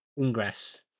Ingress